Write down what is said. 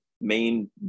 main